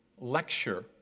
lecture